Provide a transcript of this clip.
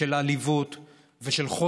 ושל עליבות,